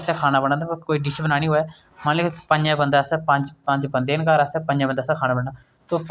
जिसदे कोल पैसा लोग उस कन्नै चली पौंदे लेकिन जिसदे कोल निं ऐ उसी उस कन्नै मतलब दा बपार